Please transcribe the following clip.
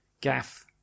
Gaff